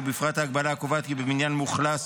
ובפרט ההגבלה הקובעת כי בבניין מאוכלס